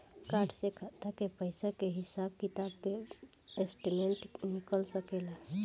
Card से खाता के पइसा के हिसाब किताब के स्टेटमेंट निकल सकेलऽ?